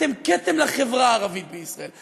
אתם כתם לחברה הערבית בישראל.